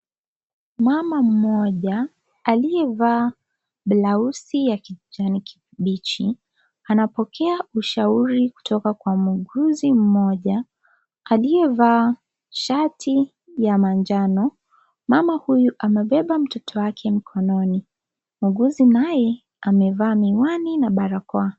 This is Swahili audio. Mama mmoja aliyevaa blausi ya kijani kibichi anapokea ushauri kutoka Kwa muuguzi mmoja aliyevaa shati ya manjano . Mama huyu anabeba mtoto wake mkononi, muuguzi naye amevaa miwani na barakoa.